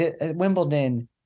Wimbledon